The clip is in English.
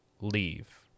leave